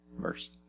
verse